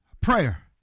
Prayer